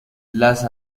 las